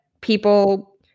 people